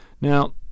Now